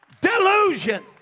delusion